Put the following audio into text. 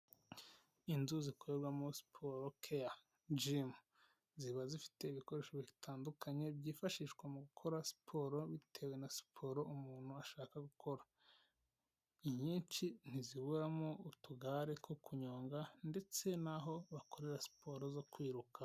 Inzu zikorerwamo siporo keya jimu, ziba zifite ibikoresho bitandukanye byifashishwa mu gukora siporo bitewe na siporo umuntu ashaka gukora, inyinshi ntiziburamo utugare two kunyonga ndetse n'aho bakorera siporo zo kwiruka.